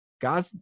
God